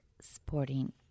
sporting